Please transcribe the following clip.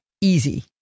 easy